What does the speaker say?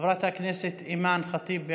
חברת הכנסת אימאן ח'טיב,